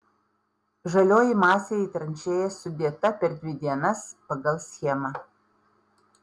žalioji masė į tranšėjas sudėta per dvi dienas pagal schemą